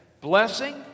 blessing